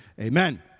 amen